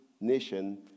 nation